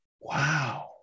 Wow